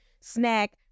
snack